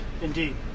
Indeed